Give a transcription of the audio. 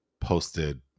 posted